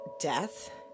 death